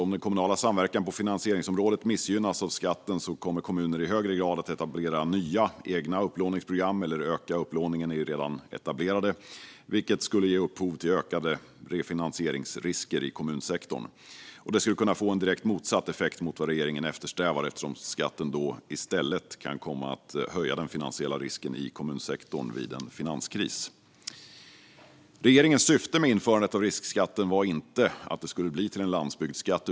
Om den kommunala samverkan på finansieringsområdet missgynnas av skatten kommer kommuner i högre grad att etablera nya egna upplåningsprogram eller öka upplåningen i redan etablerade program, vilket skulle ge upphov till ökade refinansieringsrisker i kommunsektorn. Detta skulle kunna få en direkt motsatt effekt mot vad regeringen eftersträvar, eftersom skatten då i stället kan komma att höja den finansiella risken i kommunsektorn vid en finanskris. Regeringens syfte med införande av riskskatten var inte att det skulle bli till en landsbygdsskatt.